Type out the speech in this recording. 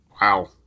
Wow